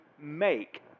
make